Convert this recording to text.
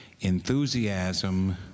enthusiasm